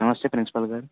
నమస్తే ప్రిన్సిపల్ గారు